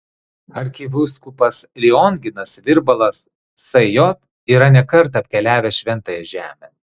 arkivyskupas lionginas virbalas sj yra ne kartą apkeliavęs šventąją žemę